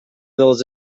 dels